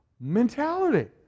mentality